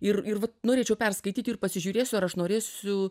ir ir vat norėčiau perskaityti ir pasižiūrėsiu ar aš norėsiu